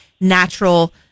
natural